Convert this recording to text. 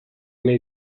nahi